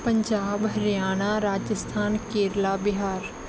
Punjab Haryana Rajasthan Kerala Bihar